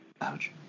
Ouch